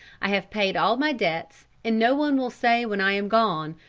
i have paid all my debts, and no one will say when i am gone,